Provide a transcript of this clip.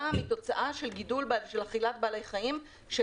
באו כתוצאה של אכילת בעלי חיים שהביאו